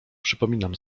przypominam